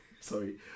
Sorry